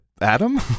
Adam